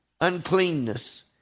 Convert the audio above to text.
uncleanness